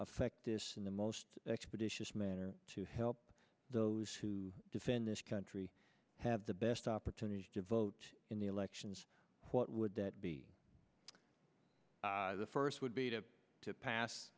affect this in the most expeditious manner to help those who defend this country have the best opportunities to vote in the elections what would that be the first would be to pass